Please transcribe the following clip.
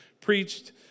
preached